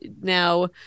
now